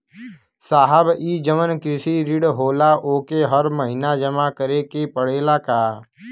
साहब ई जवन कृषि ऋण होला ओके हर महिना जमा करे के पणेला का?